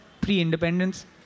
pre-independence